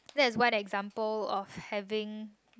that is what example of having